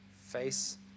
face